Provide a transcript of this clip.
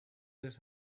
this